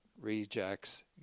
rejects